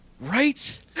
Right